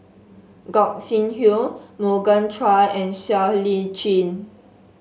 Gog Sing Hooi Morgan Chua and Siow Lee Chin